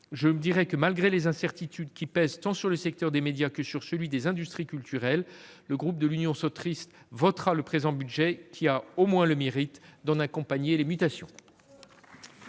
En conclusion, malgré les incertitudes qui pèsent tant sur le secteur des médias que sur celui des industries culturelles, le groupe Union Centriste votera le présent budget, qui a au moins le mérite d'en accompagner les mutations.